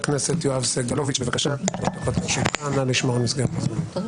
15:13.) אני מבקש לדבר --- (קריאות)